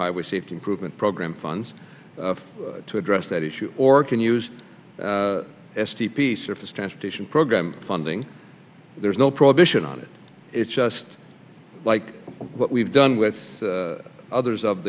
highway safety improvement program funds to address that issue or can use s t p surface transportation program funding there's no prohibition on it it's just like what we've done with others of